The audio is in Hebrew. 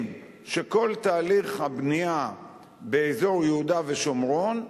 שכל תהליך הבנייה באזור יהודה ושומרון,